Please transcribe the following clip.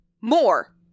more